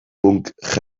punk